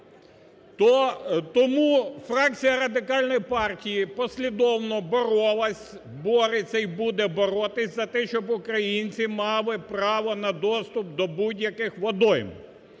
Тому фракція Радикальної партії послідовно боролась, бореться і буде боротися за те, щоб українці мали право на доступ до будь-яких водойм,